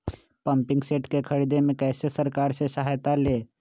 Pumping set के ख़रीदे मे कैसे सरकार से सहायता ले?